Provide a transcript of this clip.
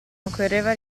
occorreva